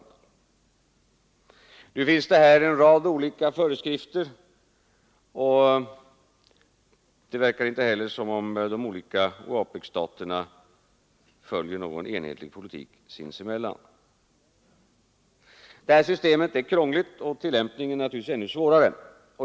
Här finns en rad olika föreskrifter, och det verkar inte heller som om de olika OA PEC staterna följer någon enhetlig politik sinsemellan. Systemet är krångligt och tillämpningen naturligtvis ännu svårare.